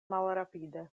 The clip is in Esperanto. malrapide